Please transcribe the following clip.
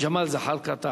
ג'מאל זחאלקה.